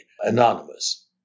anonymous